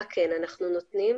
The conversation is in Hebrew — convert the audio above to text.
מה כן אנחנו נותנים.